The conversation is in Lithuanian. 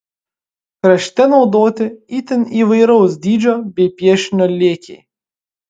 krašte naudoti itin įvairaus dydžio bei piešinio lėkiai